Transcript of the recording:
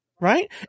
right